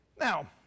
Now